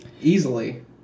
Easily